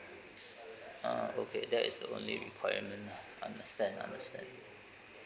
ah okay that is the only requirement lah understand understand